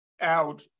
out